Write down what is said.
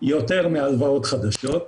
יותר מהלוואות חדשות.